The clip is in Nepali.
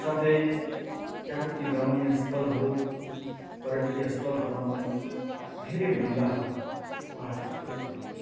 साथै त्यहाँको त्यो रमणीय स्थलहरू पर्यटकीय स्थलहरूमा पनि धेरै मैलाहरू उहाँहरूले छोडेको मैले पाएँ